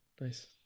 Nice